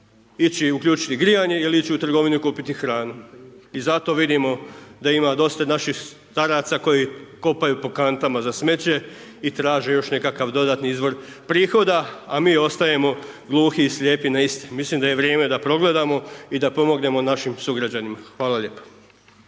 i uključiti grijanje ili ići u trgovinu i kupiti hranu. I zato vidimo da ima dosta naših staraca koji kopaju po kantama za smeće i traže još nekakav dodatni izvor prihoda a mi ostajemo gluhi i slijepi na iste. Mislim da je vrijeme da progledamo i da pomognemo našim sugrađanima. Hvala lijepa.